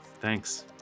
Thanks